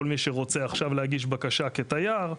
כל מי שרוצה עכשיו להגיש בקשה כתייר,